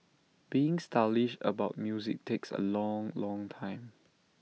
being stylish about music takes A long long time